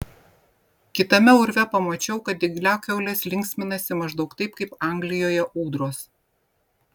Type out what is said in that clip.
kitame urve pamačiau kad dygliakiaulės linksminasi maždaug taip kaip anglijoje ūdros